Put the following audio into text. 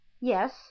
yes